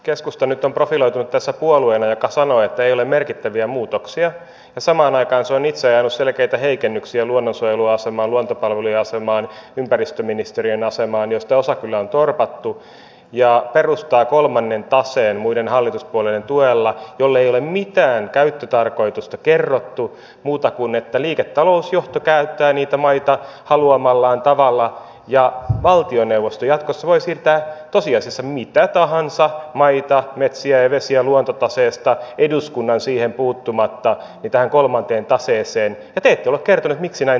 keskusta nyt on profiloitunut tässä puolueena joka sanoo että ei ole merkittäviä muutoksia ja samaan aikaan se on itse ajanut selkeitä heikennyksiä luonnonsuojelun asemaan luontopalvelujen asemaan ympäristöministeriön asemaan joista osa kyllä on torpattu ja perustaa muiden hallituspuolueiden tuella kolmannen taseen jolle ei ole mitään käyttötarkoitusta kerrottu muuta kuin että liiketalousjohto käyttää niitä maita haluamallaan tavalla ja valtioneuvosto jatkossa voi siirtää tosiasiassa mitä tahansa maita metsiä ja vesiä luontotaseesta eduskunnan siihen puuttumatta tähän kolmanteen taseeseen ja te ette ole kertoneet miksi näin tehdään